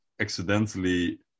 accidentally